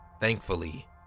Thankfully